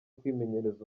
kwimenyereza